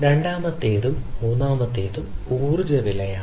രണ്ടാമത്തേത് മൂന്നാമത്തേത് ഊർജ്ജ വിലയാണ്